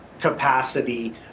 capacity